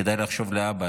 כדאי לחשוב להבא,